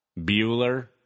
Bueller